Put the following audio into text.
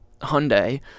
Hyundai